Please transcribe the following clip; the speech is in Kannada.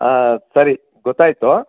ಹಾಂ ಸರಿ ಗೊತ್ತಾಯ್ತು